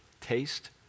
Taste